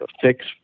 fix